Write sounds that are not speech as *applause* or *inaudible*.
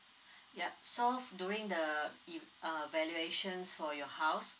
*breath* yup so during the ev~ uh valuations for your house